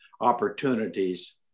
opportunities